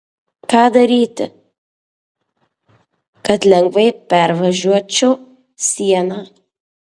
ką daryti kad lengvai pervažiuočiau sieną